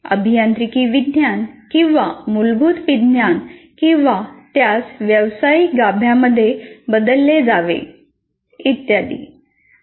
'अभियांत्रिकी विज्ञान' किंवा 'मूलभूत विज्ञान' किंवा त्यास व्यवसायिक गाभ्यामध्ये बदलले जावे वगैरे